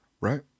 Right